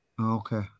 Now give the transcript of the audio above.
Okay